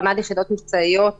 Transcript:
רמ"ד יחידות מבצעיות,